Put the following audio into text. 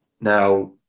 Now